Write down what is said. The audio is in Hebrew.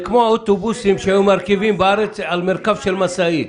זה כמו אוטובוסים שהיו מרכיבים בארץ על מרכב של משאית.